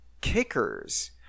kickers